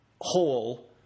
whole